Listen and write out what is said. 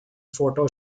photo